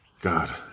God